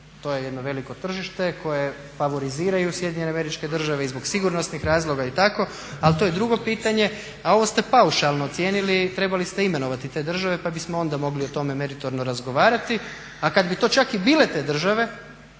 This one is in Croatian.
to je jedno veliko tržište koje favoriziraju SAD i zbog sigurnosnih razloga i tako, ali to je drugo pitanje. A ovo ste paušalno ocijenili, trebali ste imenovati te države pa bismo onda mogli o tome meritorno razgovarati. A kada bi to čak i bile te države